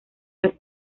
las